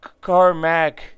Carmack